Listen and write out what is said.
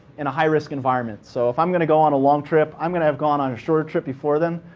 in a high risk environment. so if i'm going to go on a long trip, i'm going to have gone on a short trip before then,